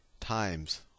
times